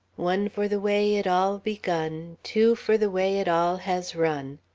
one for the way it all begun, two for the way it all has run.